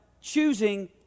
choosing